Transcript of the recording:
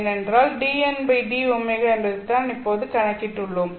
ஏனென்றால் dndω என்பதைத்தான் நாம் இப்போது கணக்கிட்டுள்ளோம்